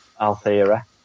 Althea